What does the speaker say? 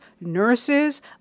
nurses